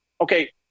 Okay